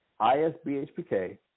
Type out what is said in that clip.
ISBHPK